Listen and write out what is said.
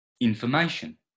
information